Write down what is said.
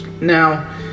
Now